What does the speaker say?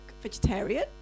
vegetarian